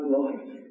life